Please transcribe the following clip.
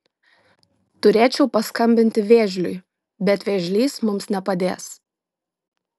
turėčiau paskambinti vėžliui bet vėžlys mums nepadės